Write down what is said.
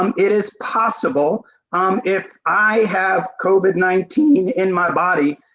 um it is possible um if i have covid nineteen in my body,